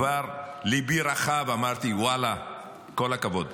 כבר ליבי רחב, אמרתי: ואללה, כל הכבוד.